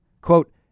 Quote